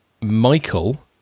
Michael